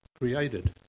created